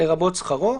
לרבות שכרו,